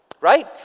right